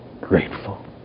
grateful